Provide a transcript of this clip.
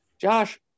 Josh